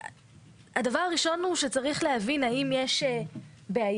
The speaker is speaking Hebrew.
הדבר הראשון הוא שצריך להבין האם יש בעיה,